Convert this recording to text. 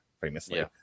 famously